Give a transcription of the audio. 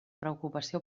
preocupació